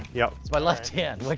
yeah it's my left hand, like